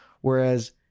whereas